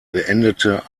beendete